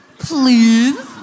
Please